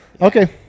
Okay